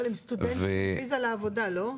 אבל הם סטודנטים עם ויזה לעבודה לא?